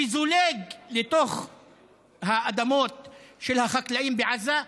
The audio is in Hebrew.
שזולג לתוך האדמות של החקלאים בעזה,